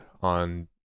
on